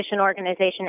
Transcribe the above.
organization